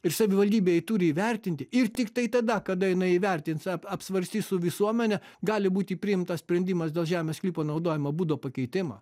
ir savivaldybė jį turi įvertinti ir tiktai tada kada jinai įvertins ap apsvarstys su visuomene gali būti priimtas sprendimas dėl žemės sklypo naudojimo būdo pakeitimo